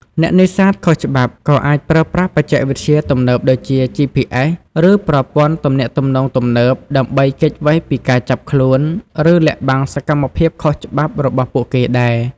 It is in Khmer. អ្នកនេសាទខុសច្បាប់ក៏អាចប្រើប្រាស់បច្ចេកវិទ្យាទំនើបដូចជា GPS ឬប្រព័ន្ធទំនាក់ទំនងទំនើប ដើម្បីគេចវេសពីការចាប់ខ្លួន ឬលាក់បាំងសកម្មភាពខុសច្បាប់របស់ពួកគេដែរ។